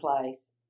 place